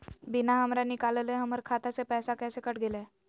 बिना हमरा निकालले, हमर खाता से पैसा कैसे कट गेलई?